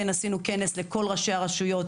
עשינו לפני כחודשיים כנס גדול לכל ראשי הרשויות,